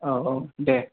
औ औ दे